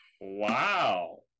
Wow